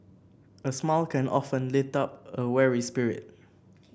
a smile can often lift up a weary spirit